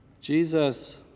Jesus